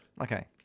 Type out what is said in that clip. Okay